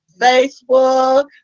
Facebook